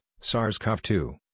SARS-CoV-2